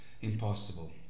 impossible